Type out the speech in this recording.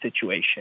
situation